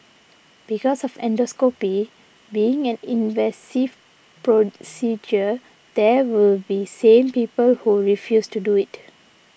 because of endoscopy being an invasive procedure there will be same people who refuse to do it